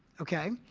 ok?